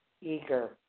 eager